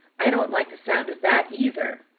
i don't like the sound of that, either.